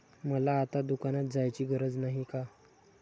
मला आता दुकानात जायची गरज नाही का?